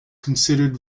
considered